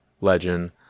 legend